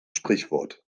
sprichwort